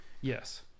yes